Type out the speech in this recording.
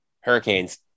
hurricanes